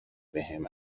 بهم